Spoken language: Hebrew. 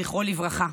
זכרו לברכה.